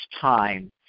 time